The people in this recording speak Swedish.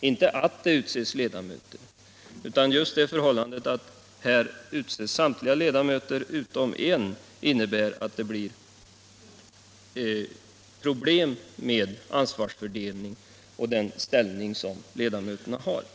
inte art de utser ledamöter. Just det förhållandet att landstingen utser samtliga ledamöter skulle alltså medföra problem med ansvarsfördelningen och ge ledamöterna en särställning.